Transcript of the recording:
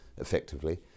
effectively